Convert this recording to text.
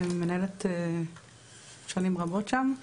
מנהלת שנים רבות שם,